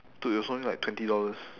dude it was only like twenty dollars